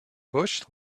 bush